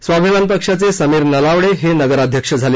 स्वाभिमान पक्षाचे समीर नलावडे हे नगराध्यक्ष झाले